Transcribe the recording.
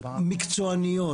מקצועניות,